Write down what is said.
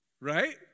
Right